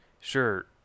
sure